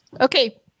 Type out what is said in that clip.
Okay